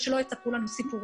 אז שלא יספרו לנו סיפורים.